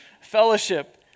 Fellowship